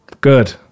Good